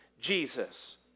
Jesus